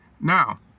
Now